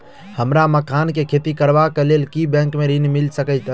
हमरा मखान केँ खेती करबाक केँ लेल की बैंक मै ऋण मिल सकैत अई?